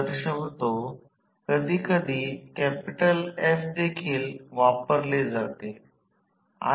म्हणूनच मी कदाचित दोन वाइंडिंग ट्रान्सफॉर्मर्ससाठी लिहिले आहे वाइंडिंग विद्युतीय दृष्ट्या वेगळ्या आहेत जे पाहिले आहेत